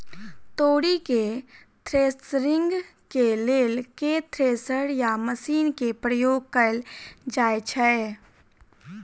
तोरी केँ थ्रेसरिंग केँ लेल केँ थ्रेसर या मशीन केँ प्रयोग कैल जाएँ छैय?